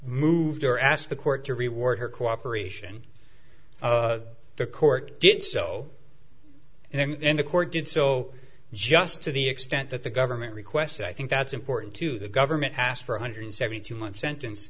moved or asked the court to reward her cooperation the court did so and the court did so just to the extent that the government requested i think that's important to the government asked for a hundred seventy month sentence